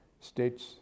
states